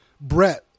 Brett